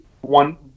one